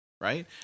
right